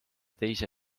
teise